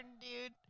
dude